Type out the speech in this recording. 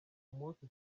umunsi